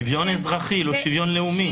שוויון אזרחי, לא שוויון לאומי.